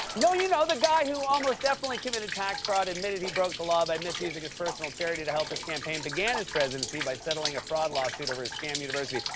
no, you know, the guy who almost definitely committed tax fraud, admitted he broke the law by misusing his personal charity to help his campaign, began his presidency by settling a fraud lawsuit over his scam university,